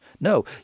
No